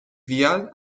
viale